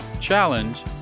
challenge